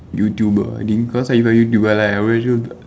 YouTuber I think cause if I YouTuber right I will just